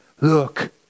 look